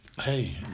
hey